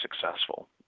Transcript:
successful